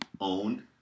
owned